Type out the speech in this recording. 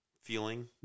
feeling